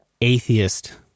atheist